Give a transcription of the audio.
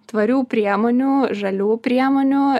tvarių priemonių žalių priemonių